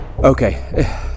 okay